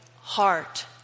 heart